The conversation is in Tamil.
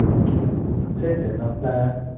ஓகே சார் சேரி சார் நான்